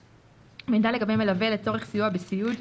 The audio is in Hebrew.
מידע לגבי מלווה לצורך סיוע בסיעוד,